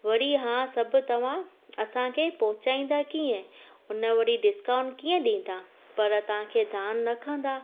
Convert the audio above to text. वरी हा सभु तव्हां असांखे पहुचाईंदा कीअं हुन वरी डिस्काउंट कीअं ॾींदा पर तव्हांखे ध्यानु रखंदा